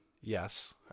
Yes